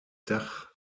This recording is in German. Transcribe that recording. dach